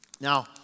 Now